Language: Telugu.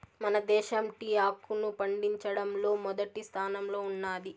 మన దేశం టీ ఆకును పండించడంలో మొదటి స్థానంలో ఉన్నాది